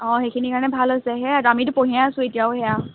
অঁ সেইখিনিৰ কাৰণে ভাল হৈছে সেয়ে আমিতো পঢ়িয়ে আছো এতিয়াও সেয়া